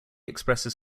expresses